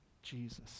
jesus